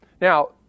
Now